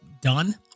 done